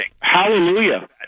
Hallelujah